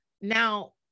now